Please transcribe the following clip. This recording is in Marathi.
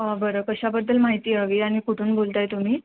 ह बरं कशाबद्दल माहिती हवी आणि कुठून बोलत आहे तुम्ही